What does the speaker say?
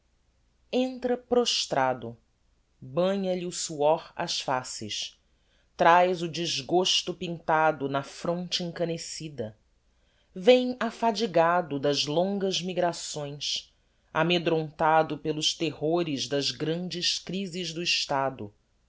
entra prostrado banha lhe o suor as faces traz o desgosto pintado na fronte encanecida vem afadigado das longas migrações amedrontado pelos terrores das grandes crises do estado